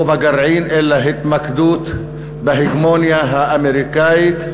או בגרעין, אלא התמקדות בהגמוניה האמריקנית,